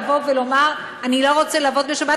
לבוא ולומר: אני לא רוצה לעבוד בשבת,